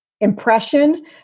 impression